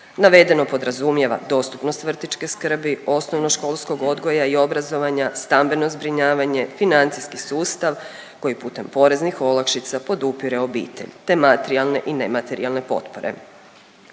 Navedeno podrazumijeva dostupnost vrtiće skrbi, osnovnoškolskog odgoja i obrazovanja, stambeno zbrinjavanje, financijski sustav koji putem poreznih olakšica podupire obitelj te materijalne i nematerijalne potpore.